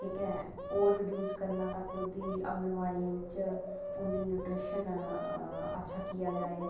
ओह् रिव्यूज़ करना फिर बी आंगनबाड़ियें च उंदी न्यूट्रिशियन अच्छा कीता जाये